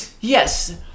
Yes